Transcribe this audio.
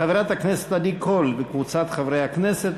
של חברת הכנסת עדי קול וקבוצת חברי הכנסת.